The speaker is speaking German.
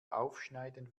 aufschneiden